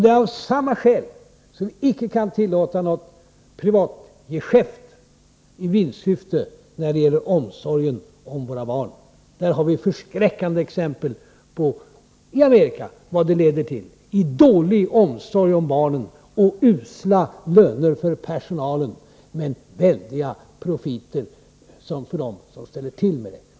Det är av samma skäl som vi inte kan tillåta något privatgeschäft i vinstsyfte när det gäller omsorgen om våra barn. Det finns förskräckande exempel i Amerika på vad det leder till i fråga om dålig omsorg om barnen och usla löner för personalen men väldiga profiter för dem som driver det hela.